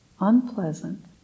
unpleasant